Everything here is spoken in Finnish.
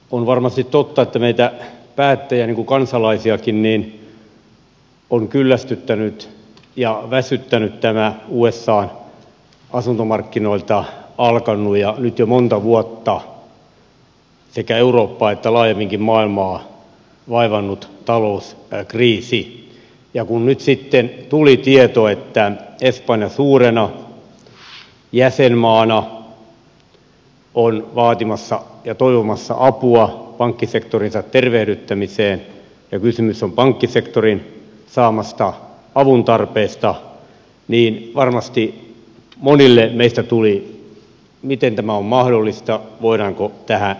on varmasti totta että meitä päättäjiä niin kuin kansalaisiakin on kyllästyttänyt ja väsyttänyt tämä usan asuntomarkkinoilta alkanut ja nyt jo monta vuotta sekä eurooppaa että laajemminkin maailmaa vaivannut talouskriisi ja kun nyt sitten tuli tieto että espanja suurena jäsenmaana on vaatimassa ja toivomassa apua pankkisektorinsa tervehdyttämiseen ja kysymys on pankkisektorin saamasta avuntarpeesta niin varmasti monille meistä tuli mieleen miten tämä on mahdollista voidaanko tähän mennä